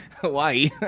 Hawaii